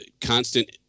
constant